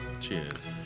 Cheers